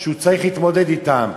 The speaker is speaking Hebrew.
שהוא צריך להתמודד אתם,